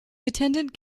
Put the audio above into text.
attended